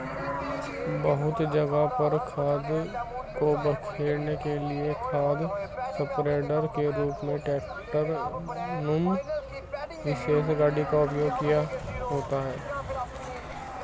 बहुत जगह पर खाद को बिखेरने के लिए खाद स्प्रेडर के रूप में ट्रेक्टर नुमा विशेष गाड़ी का उपयोग होता है